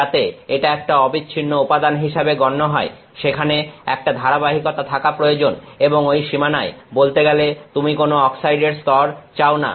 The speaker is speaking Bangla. যাতে এটা একটা অবিচ্ছিন্ন উপাদান হিসেবে গণ্য হয় সেখানে একটা ধারাবাহিকতা থাকা প্রয়োজন এবং ঐ সীমানায় বলতে গেলে তুমি কোন অক্সাইডের স্তর চাও না